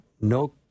no